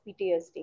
PTSD